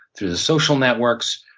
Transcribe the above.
through the social networks,